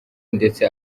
ndetse